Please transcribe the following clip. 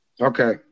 Okay